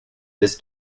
this